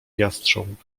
jastrząb